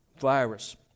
virus